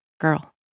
girl